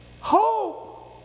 hope